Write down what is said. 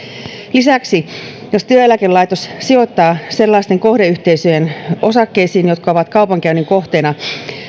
lisäksi jos työeläkelaitos sijoittaa sellaisten kohdeyhteisöjen osakkeisiin jotka ovat kaupankäynnin kohteena